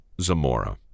Zamora